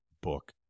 book